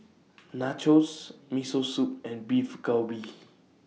Nachos Miso Soup and Beef Galbi